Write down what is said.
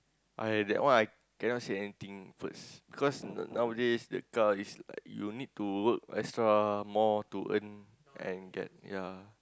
I that one I cannot say anything cause because nowadays the car is you need to work extra more to earn and get ya